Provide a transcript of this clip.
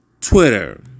Twitter